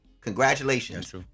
congratulations